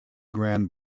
grand